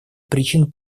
причин